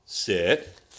Sit